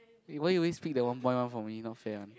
eh why you always pick the one point one for me not fair one